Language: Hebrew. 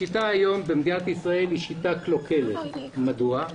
השיטה היום במדינת ישראל היא שיטה קלוקלת ומדוע.